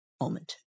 moment